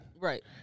right